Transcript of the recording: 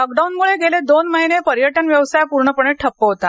लॉकडाऊनमुळे गेले दोन महिने पर्यटन व्यवसाय पूर्णपणे ठप्प होता